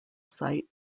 site